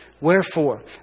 Wherefore